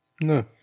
No